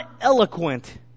eloquent